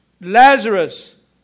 Lazarus